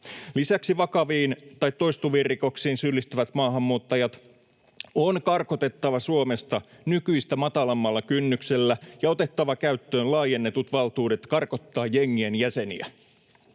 Lisäksi vakaviin tai toistuviin rikoksiin syyllistyvät maahanmuuttajat on karkotettava Suomesta nykyistä matalammalla kynnyksellä, ja on otettava käyttöön laajennetut valtuudet karkottaa jengien jäseniä.